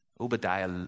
Obadiah